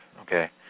okay